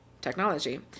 technology